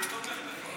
אני תומך בך.